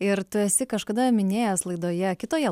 ir tu esi kažkada minėjęs laidoje kitoje